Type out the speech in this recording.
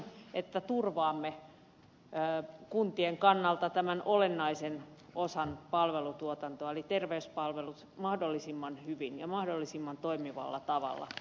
tarkoitushan on että turvaamme kuntien kannalta tämän olennaisen osan palvelutuotantoa eli terveyspalvelut mahdollisimman hyvin ja mahdollisimman toimivalla tavalla